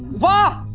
wow.